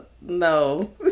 no